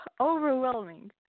overwhelming